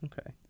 Okay